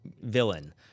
villain